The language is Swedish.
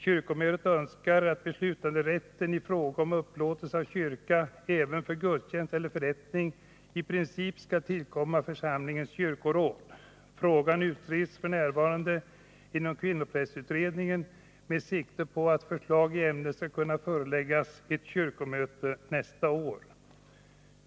Kyrkomötet önskar att beslutanderätten i fråga om upplåtelse av kyrka — även för gudstjänst eller förrättning — i princip skall tillkomma församlingens kyrkoråd. Frågan utreds f. n. inom kvinnoprästutredningen med sikte på att förslag i ämnet skall kunna föreläggas ett kyrkomöte nästa år.